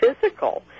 physical